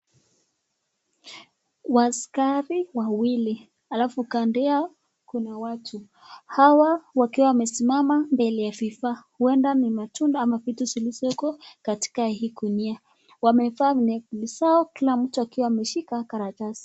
Askari wawili alafu kando yao kuna watu, hawa wakiwa wamesimama mbele ya vifaa huenda ni matunda ama vitu zilizoko katika hii gunia wamevaa (cs)necklace (cs)zao kila mtu akiwa ameshika karatasi.